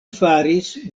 faris